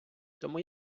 тому